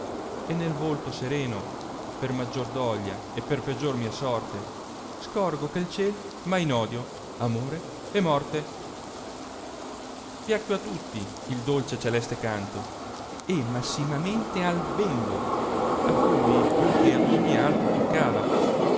e nel volto sereno per maggior doglia e per peggior mia sorte scorgo che il ciel m ha in odio amore e morte piacque a tutti il dolce e celeste canto e massimamente al bembo a cui più che ad ogn altro toccava